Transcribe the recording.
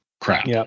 crap